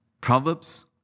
Proverbs